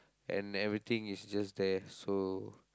and everything is just there so